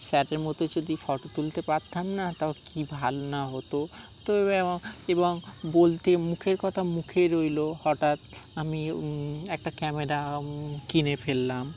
স্যারের মতো যদি ফটো তুলতে পারতাম না তাও কী ভালো না হতো তো এবং বলতে মুখের কথা মুখেই রইল হঠাৎ আমি একটা ক্যামেরা কিনে ফেললাম